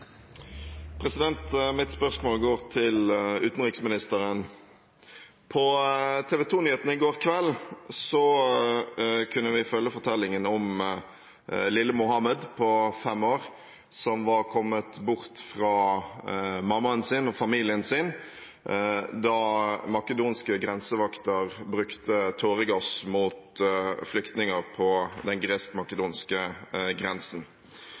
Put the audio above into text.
i går kveld kunne vi følge fortellingen om lille Mohammed på fem år som var kommet bort fra mammaen sin og familien sin da makedonske grensevakter brukte tåregass mot flyktninger på den gresk-makedonske grensen.